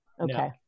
Okay